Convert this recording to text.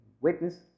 witness